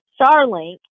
starlink